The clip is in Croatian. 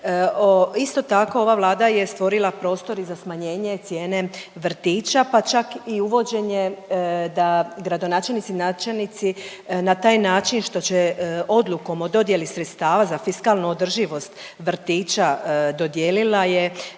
Isto tako ova Vlada je stvorila prostor i za smanjenje cijene vrtića, pa čak i uvođenje da gradonačelnici, načelnici na taj način što će odlukom o dodjeli sredstava za fiskalnu održivost vrtića dodijelila je